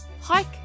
hike